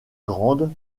grande